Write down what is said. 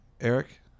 Eric